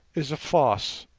is a fosse,